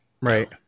Right